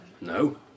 No